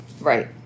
Right